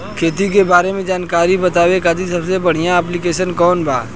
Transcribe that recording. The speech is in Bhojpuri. खेती के बारे में जानकारी बतावे खातिर सबसे बढ़िया ऐप्लिकेशन कौन बा?